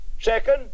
Second